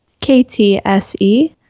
K-T-S-E